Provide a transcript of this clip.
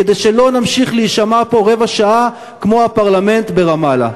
כדי שלא נמשיך להישמע פה רבע שעה כמו הפרלמנט ברמאללה.